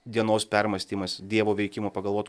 dienos permąstymas dievo veikimo pagalvot